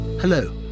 Hello